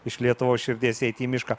iš lietuvos širdies eiti į mišką